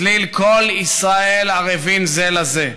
צליל "כל ישראל ערבים זה לזה".